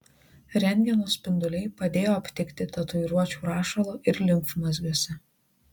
rentgeno spinduliai padėjo aptikti tatuiruočių rašalo ir limfmazgiuose